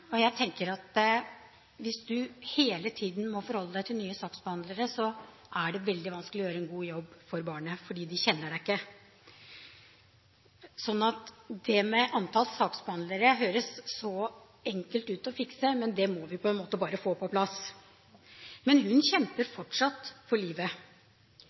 Jeg tenker at hvis man hele tiden må forholde seg til nye saksbehandlere, er det veldig vanskelig å gjøre en god jobb for barnet, fordi de ikke kjenner barnet. Det med antall saksbehandlere høres så enkelt ut å fikse, så det må vi bare få på plass. Men Michelle kjemper fortsatt for livet.